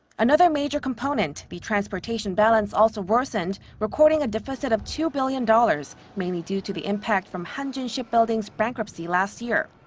another major component, the transportation balance, also worsened, recording a deficit of two billion dollars, mainly due to the impact from hanjin shipbuilding's bankruptcy last year.